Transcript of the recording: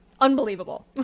unbelievable